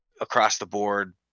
across-the-board